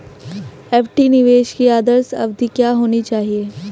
FD निवेश की आदर्श अवधि क्या होनी चाहिए?